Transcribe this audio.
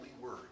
word